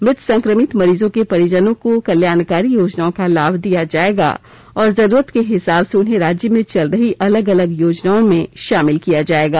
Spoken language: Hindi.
मृत संक्रमित मरीजों के परिजनों को कल्याणकारी योजनाओं का लाभ दिया जाएगा और जरूरत के हिसाब से उन्हें राज्य में चल रही अलग अलग योजनाओं में इन्हें शामिल किया जाएगा